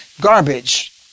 garbage